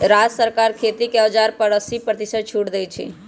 राज्य सरकार खेती के औजार पर अस्सी परतिशत छुट देई छई